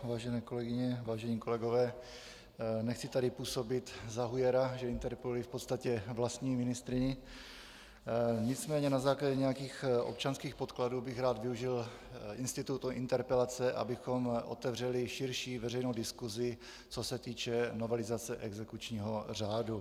Vážené kolegyně, vážení kolegové, nechci tu působit za hujera, že interpeluji v podstatě vlastní ministryni, nicméně na základě nějakých občanských podkladů bych rád využil institutu interpelace, abychom otevřeli širší veřejnou diskusi, co se týče novelizace exekučního řádu.